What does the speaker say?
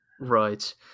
right